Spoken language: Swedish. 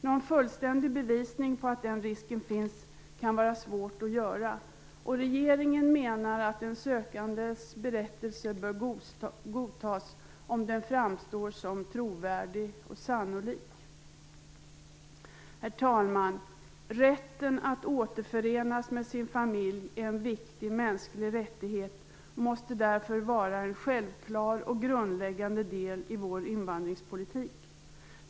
Någon fullständig bevisning av att den risken finns kan vara svårt att göra, och regeringen menar att den sökandes berättelse bör godtas om den framstår som trovärdig och sannolik. Herr talman! Rätten att återförenas med sin familj är en viktig mänsklig rättighet och måste därför vara en självklar och grundläggande del i vår invandringspolitik.